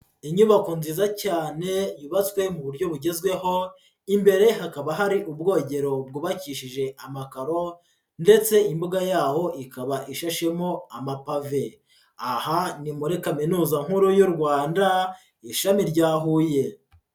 Inyubako nziza cyane yubatswe mu buryo bugezweho, imbere hakaba hari ubwogero bwubakishije amakaro ndetse imbuga yaho ikaba ishashemo amapave, aha ni muri kaminuza nkuru y'u Rwanda ishami rya Huye.